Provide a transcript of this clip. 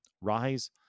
Rise